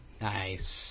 Nice